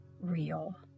real